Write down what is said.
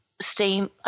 steam